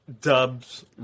dubs